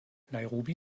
nairobi